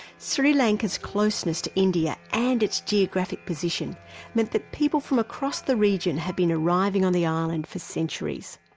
sri lanka's closeness to india and its geographic position meant that people from across the region have been arriving on the island for centuries.